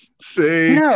See